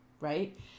Right